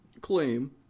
claim